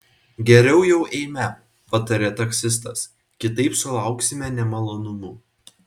geriau jau eime patarė taksistas kitaip sulauksime nemalonumų